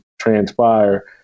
transpire